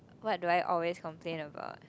what do I always complain about